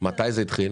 מתי זה התחיל?